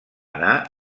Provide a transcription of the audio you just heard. anar